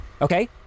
Okay